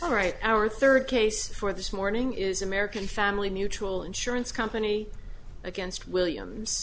all right our third case for this morning is american family mutual insurance company against williams